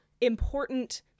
important